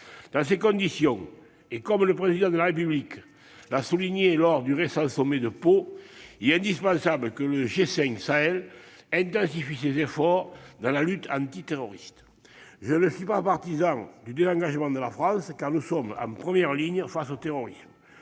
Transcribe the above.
Dans ces conditions, et comme le Président de la République l'a souligné lors du récent sommet de Pau, il est indispensable que le G5 Sahel intensifie ses efforts en matière de lutte antiterroriste. Je ne suis pas partisan du désengagement de la France, car nous sommes en première ligne face au terrorisme.